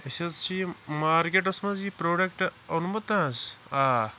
أسۍ حظ چھِ یہِ مارکیٹَس منٛز یہِ پروڈَکٹ اوٚنمُت حظ آ